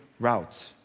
Routes